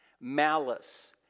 Malice